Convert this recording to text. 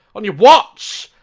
on your watch.